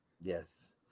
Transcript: Yes